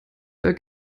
der